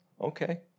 Okay